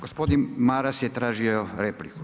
Gospodin Maras je tražio repliku.